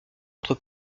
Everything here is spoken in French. entre